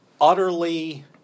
utterly